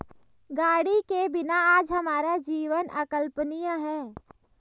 गाड़ी के बिना आज हमारा जीवन अकल्पनीय है